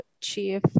chief